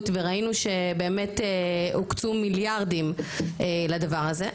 וראינו שבאמת הוקצו מיליארדים לדבר הזה,